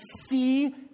see